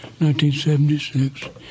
1976